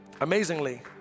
Amazingly